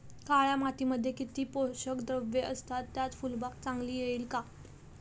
काळ्या मातीमध्ये किती पोषक द्रव्ये असतात, त्यात फुलबाग चांगली येईल का?